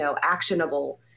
actionable